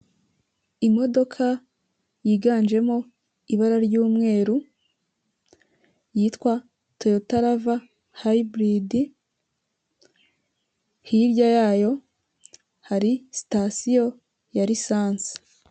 Imodoka yiganjemo ibara ry'umweru yitwa Toyota Rava hayiburidi. Hirya yayo hari sitasiyo ya esanse.